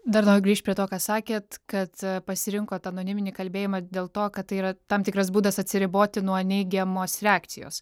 dar noriu grįžt prie to ką sakėt kad pasirinkot anoniminį kalbėjimą dėl to kad tai yra tam tikras būdas atsiriboti nuo neigiamos reakcijos